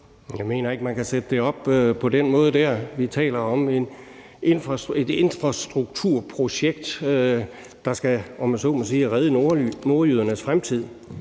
Jeg mener ikke, at man kan sætte det op på den måde. Vi taler om et infrastrukturprojekt, der skal, om man så må sige, redde nordjydernes fremtid.